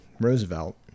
Roosevelt